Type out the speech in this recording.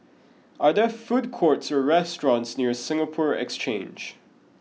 are there food courts or restaurants near Singapore Exchange